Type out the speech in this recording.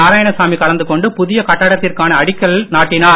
நாராயணசாமி கலந்து கொண்டு புதிய கட்டிடத்திற்கான அடிக்கல்லை நாட்டினார்